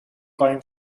قایم